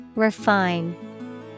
Refine